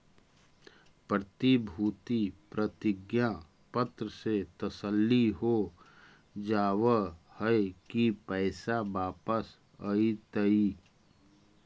प्रतिभूति प्रतिज्ञा पत्र से तसल्ली हो जावअ हई की पैसा वापस अइतइ